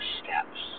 steps